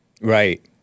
Right